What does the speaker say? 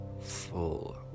full